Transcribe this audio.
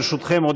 ברשותכם,